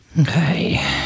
Okay